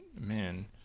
Man